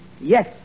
Yes